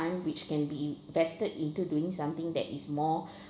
which can be invested into doing something that is more